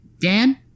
Dan